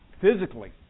physically